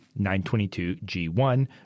922G1